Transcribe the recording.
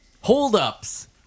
Holdups